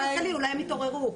אולי הם יתעוררו.